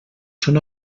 són